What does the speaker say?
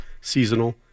seasonal